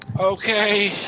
Okay